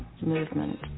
movement